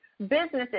Businesses